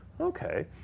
Okay